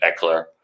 Eckler